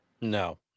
No